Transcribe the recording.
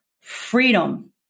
freedom